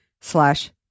slash